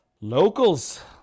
Locals